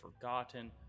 forgotten